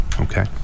Okay